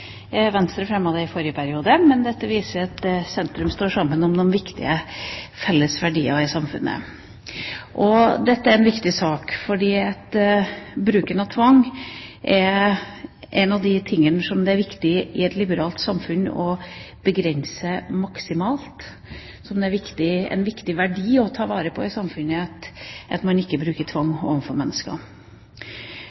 Venstre fremmet et representantforslag om det samme i forrige periode. Dette viser at sentrum står sammen om de viktige fellesverdier i samfunnet. Dette er en viktig sak, for bruken av tvang er en av de tingene som det er viktig i et liberalt samfunn å begrense maksimalt. Det er en viktig verdi å ta vare på i samfunnet at man ikke bruker tvang